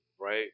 right